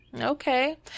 Okay